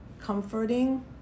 comforting